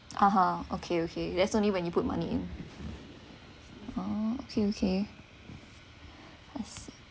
(uh huh) okay okay that's only when you put money in oh okay okay